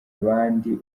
abandi